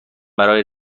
برای